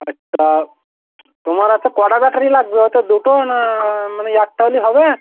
আচ্ছা তোমার আচ্ছা কটা ব্যাটারি লাগবে অর্থাৎ দুটো না মানে একটা হলেই হবে